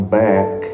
back